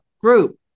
group